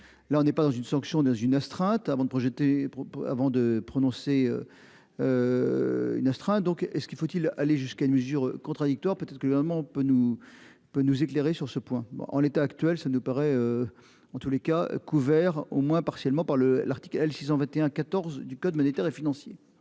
Là on n'est pas une sanction dans une astreinte avant de projeter. Avant de prononcer. Une astreinte donc est ce qu'il faut-il aller jusqu'à une mesure contradictoire parce que maman peut nous peut nous éclairer sur ce point en l'état actuel, ça nous paraît. En tous les cas, couvert au moins partiellement par le l'article L 621 14 du code monétaire et financier.